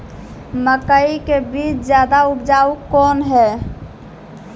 मकई के बीज ज्यादा उपजाऊ कौन है?